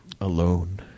Alone